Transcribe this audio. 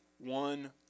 one